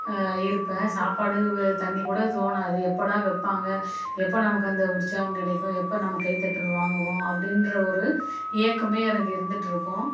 இருப்பேன் சாப்பாடு தண்ணி கூட தோணாது எப்போடா வைப்பாங்க எப்போ நமக்கு அந்த உற்சாகம் கிடைக்கும் எப்போ நம்ம கைதட்டல் வாங்குவோம் அப்படின்ற ஒரு ஏக்கமே எனக்கு இருந்துட்டுருக்கும்